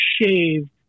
shaved